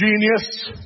genius